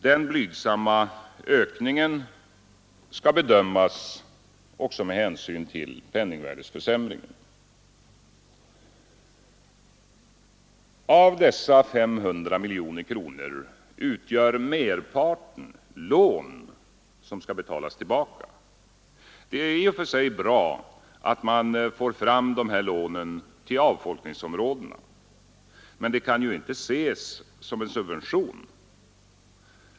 Den blygsamma ökningen skall bedömas också med hänsyn till penningvärdeförsämringen. Av dessa 500 miljoner kronor utgör merparten lån som skall betalas tillbaka. Det är i och för sig bra att man får fram dessa lån till avfolkningsområdena, men de kan inte ses som en subvention.